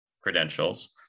credentials